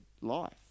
life